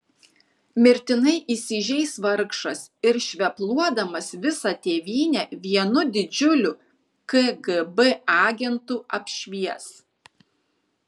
mirtinai įsižeis vargšas ir švepluodamas visą tėvynę vienu didžiuliu kgb agentu apšvies